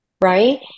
right